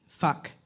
Fuck